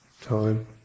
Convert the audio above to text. time